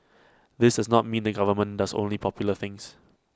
this does not mean the government does only popular things